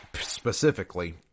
specifically